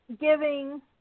giving